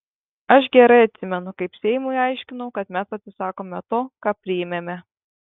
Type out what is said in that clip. aš gerai atsimenu kaip seimui aiškinau kad mes atsisakome to ką priėmėme